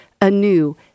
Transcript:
anew